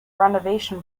renovation